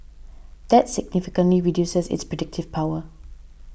that significantly reduces its predictive power